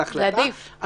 בהחלטה,